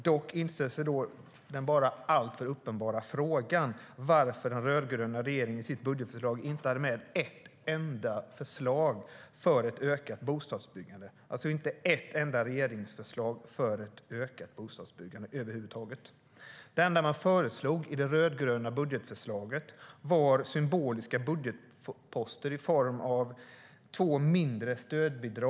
Dock inställer sig då den alltför uppenbara frågan: Varför hade den rödgröna regeringen i sitt budgetförslag inte med ett enda förslag för ett ökat bostadsbyggande? Det var alltså inte ett enda regeringsförslag för ett ökat bostadsbyggande. Det enda man föreslog i det rödgröna budgetförslaget var symboliska budgetposter i form av två mindre stödbidrag.